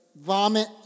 vomit